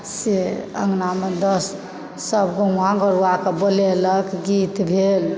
से अङ्गनामे सब दोस्त गौआँके बोलयलक गीत भेल